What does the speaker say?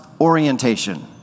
orientation